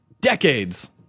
Decades